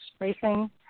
racing